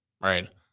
Right